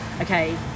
okay